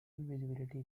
visibility